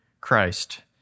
Christ